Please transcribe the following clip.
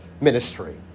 ministry